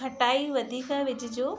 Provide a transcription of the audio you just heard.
खटाई वधीक विझिजो